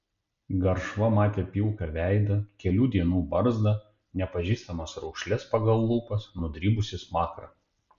garšva matė pilką veidą kelių dienų barzdą nepažįstamas raukšles pagal lūpas nudribusį smakrą